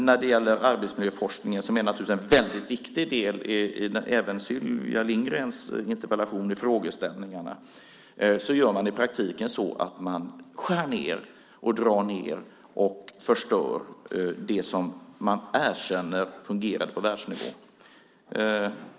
När det gäller arbetsmiljöforskningen, som naturligtvis är en viktig del i frågeställningarna även i Sylvia Lindgrens interpellation, skär man i praktiken ned och förstör det som man erkänner fungerade på världsnivå.